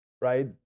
right